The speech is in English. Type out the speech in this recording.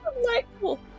delightful